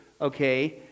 okay